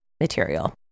material